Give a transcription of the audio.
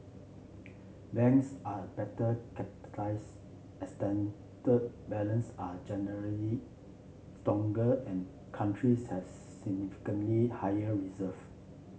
banks are a better capitalised balance are generally stronger and countries have significantly higher reserve